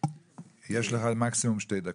יש לך מקסימום שתי דקות.